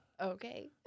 Okay